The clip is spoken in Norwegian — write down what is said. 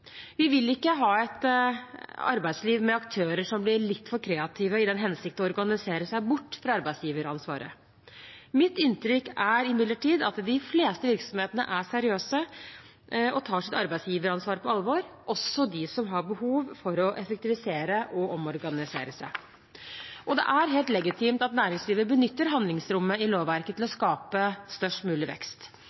Vi vil ikke ha et arbeidsliv med aktører som blir litt for kreative i den hensikt å organisere seg bort fra arbeidsgiveransvaret. Mitt inntrykk er imidlertid at de fleste virksomhetene er seriøse og tar sitt arbeidsgiveransvar på alvor, også de som har behov for å effektivisere og omorganisere seg. Og det er helt legitimt at næringslivet benytter handlingsrommet i lovverket til å skape størst mulig vekst.